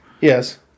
Yes